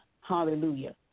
Hallelujah